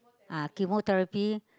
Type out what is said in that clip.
ah chemotherapy